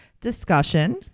discussion